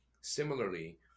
Similarly